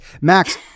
Max